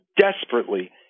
desperately